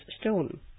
stone